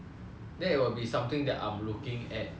that will be something that I'm looking at also